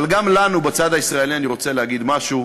אבל גם לנו בצד הישראלי אני רוצה להגיד משהו,